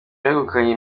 begukanye